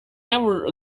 never